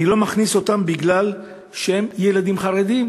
אני לא מכניס אותם בגלל שהם ילדים חרדים.